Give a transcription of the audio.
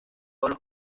todos